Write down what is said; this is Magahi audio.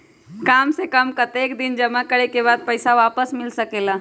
काम से कम कतेक दिन जमा करें के बाद पैसा वापस मिल सकेला?